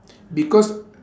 because